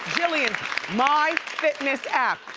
jillian's my fitness app.